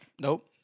Nope